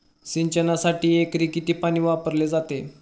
सिंचनासाठी एकरी किती पाणी वापरले जाते?